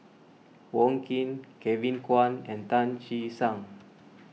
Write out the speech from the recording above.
Wong Keen Kevin Kwan and Tan Che Sang